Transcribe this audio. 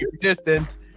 distance